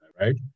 Right